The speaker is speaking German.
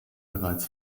bereits